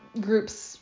groups